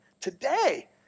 Today